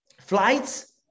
flights